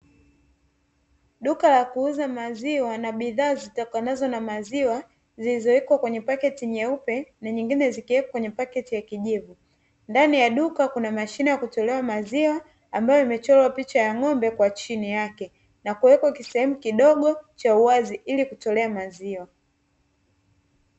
Duka la kuuza maziwa na bidhaa zitokanazo na maziwa, zilizowekwa kwenye pakiti nyeupe na nyengine zikiwekwa kwenye pakiti ya kijivu. Ndani ya duka kuna mashine ya kutolea maziwa, ambayo imechorwa picha ya ng'ombe kwa chini yake, na kuwekwa kisehemu kidogo cha uwazi ili kutolea maziwa.